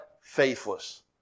faithless